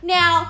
Now